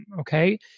okay